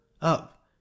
up